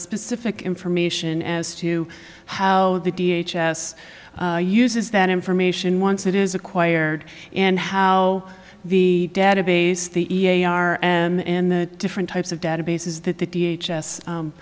specific information as to how the d h s s uses that information once it is acquired and how the database the e a a are and the different types of databases